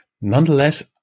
Nonetheless